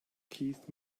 keith